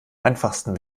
einfachsten